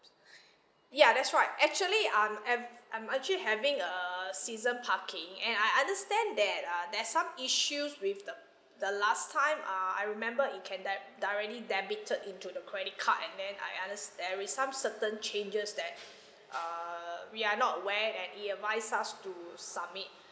ya that's right actually I'm I'm I'm actually having a season parking and I understand that uh there's some issues with the the last time uh I remember it can di~ directly debited into the credit card and then I understand there is some certain changes that err we are not aware and it advise us to submit